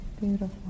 beautiful